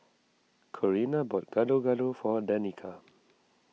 Corrina bought Gado Gado for Danika